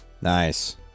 Nice